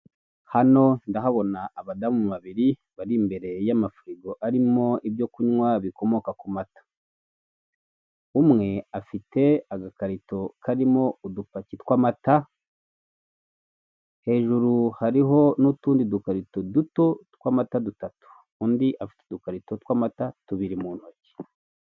Hano ndahabona abadamu babiri bari imbere yamafirigo arimo ibyo kunywa bikomoka ku mata. Umwe afite agakarito karimo udupaki tw'amata, hejuru hariho n'utundi dukarito duto twamata, dutatu. Undi afite udukarito tw'amata, tubiri mu ntoki.